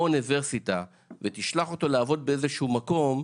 אוניברסיטה ותשלח אותו לעבוד באיזשהו מקום,